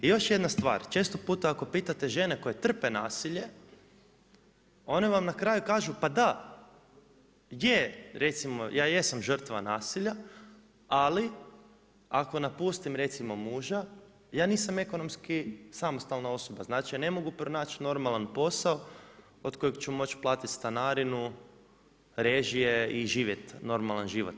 I još jedna stvar, često puta ako pitate žene koje trpe nasilje one vam na kraju kažu, pa da je recimo ja jesam žrtva nasilja, ali ako napustim recimo muža ja nisam ekonomski samostalna osoba, znači ja ne mogu pronać normalan posao od kojeg ću moći platiti stanarinu, režije i živjeti normalan život.